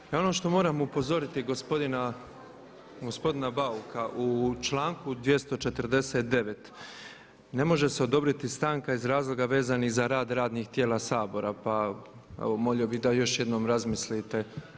Izvolite. … [[Govornici govore u glas, ne razumije se.]] Ono što moram upozoriti gospodina Bauka u članku 249. ne može se odobriti stanka iz razloga vezanih za rad radnih tijela Sabora pa evo molio bih da još jednom razmislite.